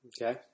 Okay